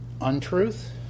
untruth